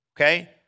Okay